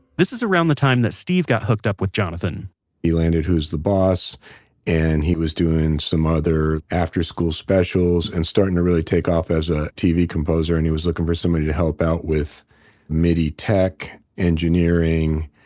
this is around the time that steve got hooked up with jonathan he landed who's the boss and he was doing some other afterschool specials and starting to really take off as a tv composer. and so he was looking for somebody to help out with midi tech, engineering,